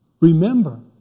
Remember